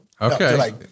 Okay